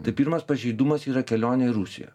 tai pirmas pažeidumas yra kelionė į rusiją